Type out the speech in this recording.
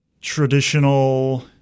traditional